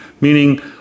meaning